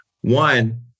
One